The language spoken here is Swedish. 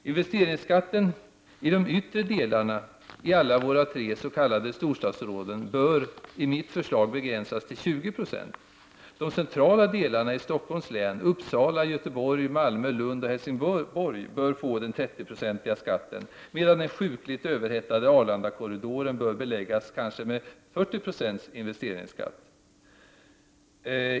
Investeringsskatten i de yttre delarna i alla våra tre s.k. storstadsområden bör enligt mitt förslag begränsas till 20 76. De centrala delarna i Stockholms län, Uppsala, Göteborg, Malmö, Lund och Helsingborg bör få den 30-procentiga skatten, medan den sjukligt överhettade Arlandakorridoren bör beläggas med 40 96 investeringsskatt.